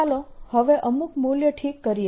ચાલો હવે અમુક મૂલ્ય ઠીક કરીએ